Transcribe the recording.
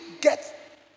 get